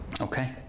Okay